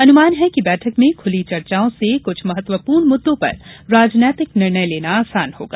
अनुमान है कि बैठक में खुली चर्चाओं से कुछ महत्वपूर्ण मुद्दों पर राजनीतिक निर्णय लेना आसान होगा